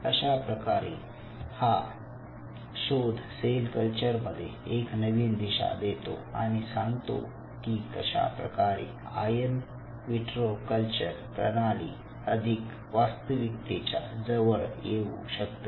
अशा प्रकारे हा शोध सेल कल्चरमध्ये एक नवीन दिशा देतो आणि सांगतो की कशाप्रकारे आयन वित्रो कल्चर प्रणाली अधिक वास्तविकतेच्या जवळ येऊ शकते